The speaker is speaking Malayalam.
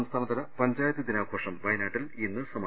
സംസ്ഥാനതല പഞ്ചായത്ത് ദിനാഘോഷം വയനാട്ടിൽ ഇന്ന് സമാ